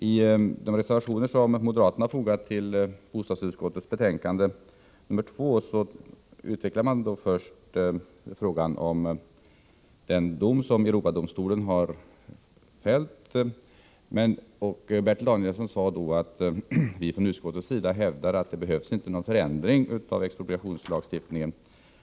I de reservationer som moderaterna har fogat till bostadsutskottets betänkande 2 utvecklar man först frågan om den dom som Europadomstolen har fällt. Bertil Danielsson sade att vi från utskottets sida hävdar att det inte behövs någon förändring av expropriationslagstiftningen.